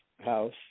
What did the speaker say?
house